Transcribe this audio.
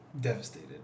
devastated